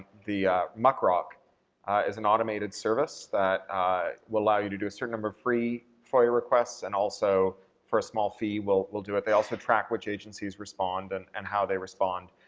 the muckrock is an automated service that will allow you to do a certain number of free foia requests and also for a small fee will will do they also track which agencies respond and and how they respond.